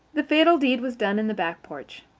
the fatal deed was done in the back porch.